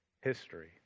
history